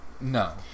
No